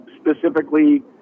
specifically